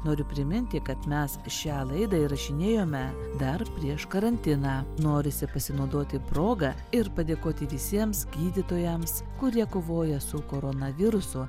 noriu priminti kad mes šią laidą įrašinėjome dar prieš karantiną norisi pasinaudoti proga ir padėkoti visiems gydytojams kurie kovoja su koronavirusu